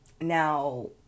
Now